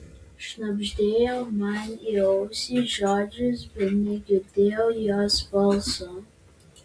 šnabždėjo man į ausį žodžius bet negirdėjau jos balso